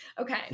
Okay